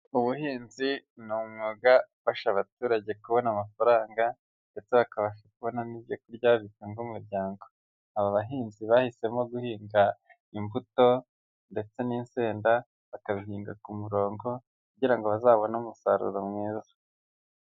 Ubuhinzi ni umwuga ufasha abaturage kubona amafaranga ndetse bakabasha kubona n'ibyo kurya bitunga umuryango, aba bahinzi bahisemo guhinga imbuto ndetse n'insenda bakabihinga ku murongo kugira ngo bazabone umusaruro mwiza.